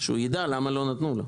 שהוא ידע למה לא נתנו לו.